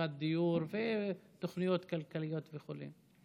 מצוקת דיור ותוכניות כלכליות וכו'.